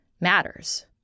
matters